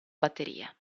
batteria